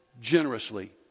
generously